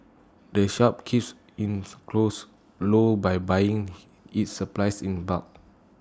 the shop keeps its costs low by buying its supplies in bulk